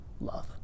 love